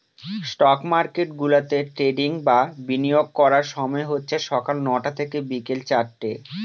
stock market গুলাতে trading বা বিনিয়োগ করার সময় হচ্ছে সকাল নটা থেকে বিকেল চারটে